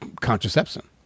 contraception